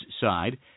side